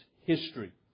history